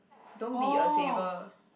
don't be a saver